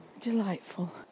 delightful